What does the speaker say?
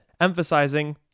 emphasizing